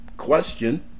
question